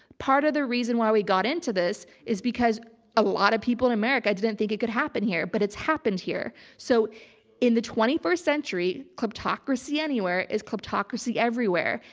part of the reason why we got into this is because a lot of people in america, didn't think it could happen here, but it's happened here. so in the twenty first century, kleptocracy anywhere is kleptocracy everywhere.